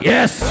Yes